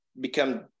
become